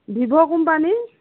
Vivo company